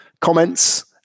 comments